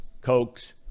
cokes